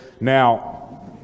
Now